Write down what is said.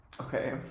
okay